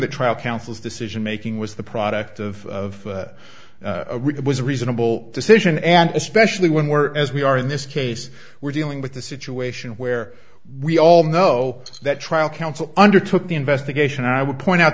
the trial council's decision making was the product of it was a reasonable decision and especially when we're as we are in this case we're dealing with the situation where we all know that trial counsel undertook the investigation i would point out